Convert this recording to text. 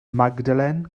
magdalen